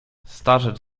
starzec